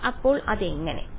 വിദ്യാർത്ഥി അപ്പോൾ അതെങ്ങനെ